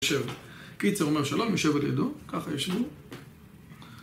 קיצר אומר שלום, יושב על לידו, ככה יושבים